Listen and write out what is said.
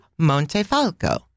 Montefalco